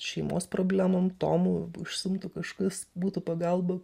šeimos problemom tomu užsiimtų kažkas būtų pagalba